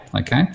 okay